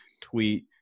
tweet